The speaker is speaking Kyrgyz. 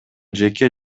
жеке